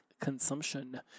consumption